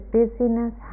busyness